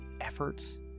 efforts